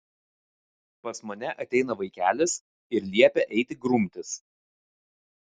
pas mane ateina vaikelis ir liepia eiti grumtis